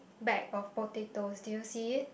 bag of potatoes do you see it